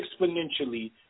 exponentially